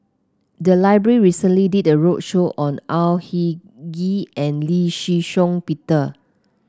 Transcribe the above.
the library recently did a roadshow on Au Hing Yee and Lee Shih Shiong Peter